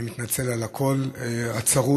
אני מתנצל על הקול הצרוד,